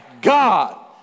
God